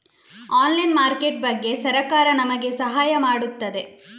Online market ಬಗ್ಗೆ ಸರಕಾರ ನಮಗೆ ಸಹಾಯ ಮಾಡುತ್ತದೆ?